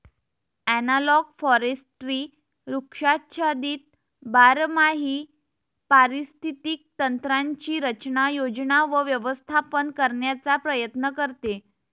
analogue forestry वृक्षाच्छादित बारमाही पारिस्थितिक तंत्रांची रचना, योजना व व्यवस्थापन करण्याचा प्रयत्न करते